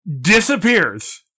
disappears